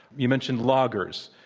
you mentioned loggers.